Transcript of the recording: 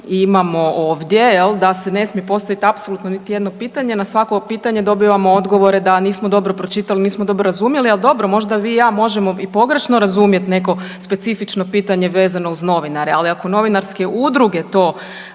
imamo ovdje da se ne smije postaviti apsolutno niti jedno pitanje. Na svako pitanje dobivamo odgovore da nismo dobro pročitali, nismo dobro razumjeli. Ali dobro, možda vi i ja možemo i pogrešno razumjeti neko specifično pitanje vezano uz novinare. Ali ako novinarske udruge to